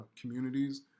communities